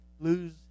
lose